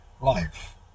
life